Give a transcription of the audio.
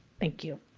thank you.